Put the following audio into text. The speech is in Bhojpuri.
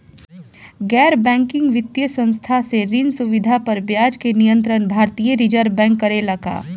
गैर बैंकिंग वित्तीय संस्था से ऋण सुविधा पर ब्याज के नियंत्रण भारती य रिजर्व बैंक करे ला का?